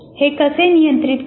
हे कसे नियंत्रित करते